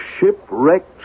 shipwrecked